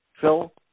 Phil